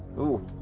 ooh,